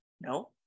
No